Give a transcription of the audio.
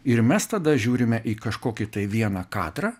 ir mes tada žiūrime į kažkokį tai vieną kadrą